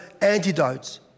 antidotes